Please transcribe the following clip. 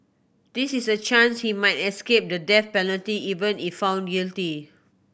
this is a chance he might escape the death penalty even if found guilty